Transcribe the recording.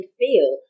feel